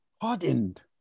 hardened